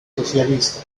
socialista